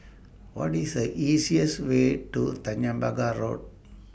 What IS The easiest Way to Tanjong Pagar Road